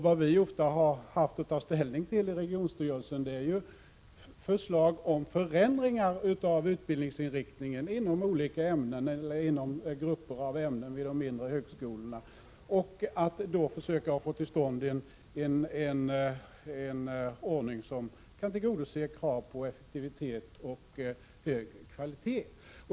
Vad vi ofta har haft att ta ställning till i regionstyrelsen är förslag om förändringar av utbildningsinriktningen inom olika ämnen eller inom grupper av ämnen vid de mindre högskolorna, och då har vi måst försöka få till stånd en ordning som kan tillgodose kraven på effektivitet och hög kvalitet.